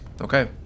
Okay